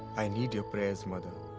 i need your prayers. mother,